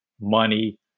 money